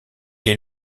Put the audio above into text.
est